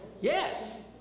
Yes